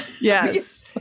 Yes